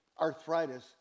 arthritis